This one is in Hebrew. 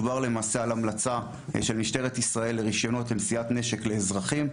מדובר למעשה על המלצה של משטרת ישראל לרישיונות לנשיאת נשק לאזרחים.